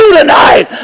tonight